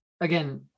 again